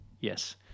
Yes